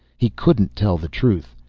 he couldn't tell the truth.